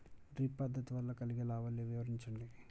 Drip పద్దతి వల్ల కలిగే లాభాలు వివరించండి?